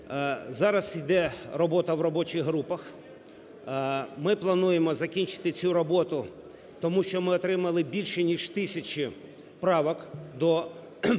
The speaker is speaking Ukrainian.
Зараз йде робота в робочих групах. Ми плануємо закінчити цю роботу, тому що ми отримали більше ніж тисячі правок до